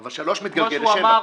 אבל (3) מתגלגל ל-(7).